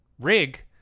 rig